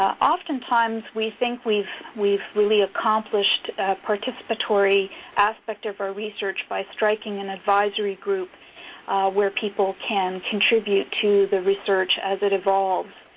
oftentimes we think we've we've really accomplished a participatory aspect of our research by striking an advisory group where people can contribute to the research as it evolves.